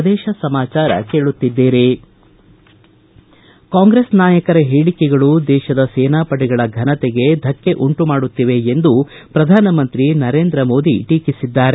ಪ್ರದೇಶ ಸಮಾಚಾರ ಕೇಳುತ್ತಿದ್ದೀರಿ ಕಾಂಗ್ರೆಸ್ ನಾಯಕರ ಹೇಳಿಕೆಗಳು ದೇಶದ ಸೇನಾ ಪಡೆಗಳ ಫನತೆಗೆ ಧಕ್ಷೆ ಉಂಟು ಮಾಡುತ್ತಿವೆ ಎಂದು ಪ್ರಧಾನಮಂತ್ರಿ ನರೇಂದ್ರ ಮೋದಿ ಟೀಕಿಸಿದ್ದಾರೆ